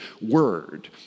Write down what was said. word